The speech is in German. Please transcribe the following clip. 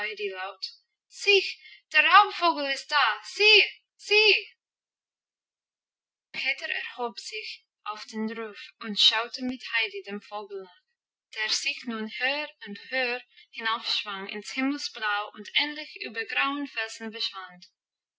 der raubvogel ist da sieh sieh peter erhob sich auf den ruf und schaute mit heidi dem vogel nach der sich nun höher und höher hinaufschwang ins himmelsblau und endlich über grauen felsen verschwand